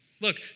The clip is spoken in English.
Look